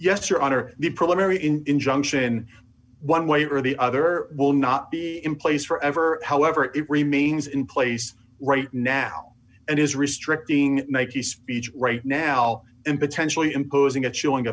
yes your honor the preliminary injunction one way or the other will not be in place forever however it remains in place right now and is restricting make a speech right now and potentially imposing a chilling